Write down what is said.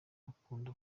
bakunda